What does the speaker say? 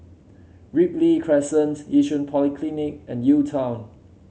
Ripley Crescent Yishun Polyclinic and UTown